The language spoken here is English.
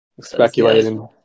speculating